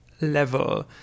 level